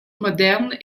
moderne